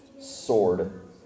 sword